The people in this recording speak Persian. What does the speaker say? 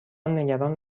نگران